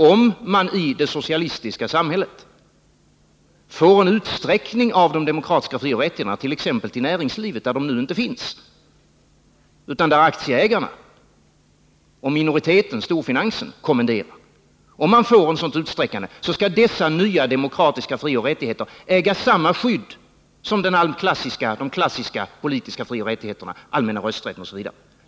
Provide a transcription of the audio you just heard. Om man i det socialistiska samhället får en utsträckning av de demokratiska frioch rättigheterna till exempelvis näringslivet, där de nu inte finns utan där aktieägarna och minoriteten — storfinansen — kommenderar, så skall dessa nya demokratiska frioch rättigheter äga samma skydd som de klassiska frioch rättigheterna, allmänna rösträtten osv.